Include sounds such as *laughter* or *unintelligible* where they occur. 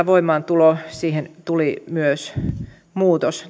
*unintelligible* voimaantuloon tuli myös muutos